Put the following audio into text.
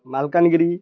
Malkangiri